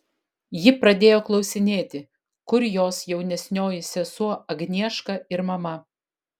ji pradėjo klausinėti kur jos jaunesnioji sesuo agnieška ir mama